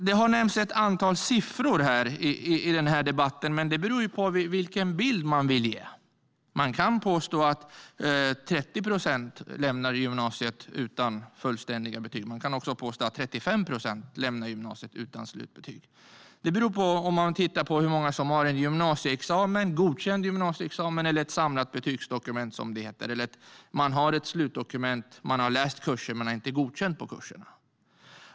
Det har nämnts ett antal siffror här i debatten. De beror på vilken bild man vill ge. Man kan påstå att 30 procent lämnar gymnasiet utan fullständiga betyg. Man kan också påstå att 35 lämnar gymnasiet utan slutbetyg. Det beror på om man tittar på hur många som har en gymnasieexamen, en godkänd gymnasieexamen eller ett samlat betygsdokument, som det heter. Man kanske har ett slutdokument, och man har läst kurser, men man är inte godkänd på kurserna.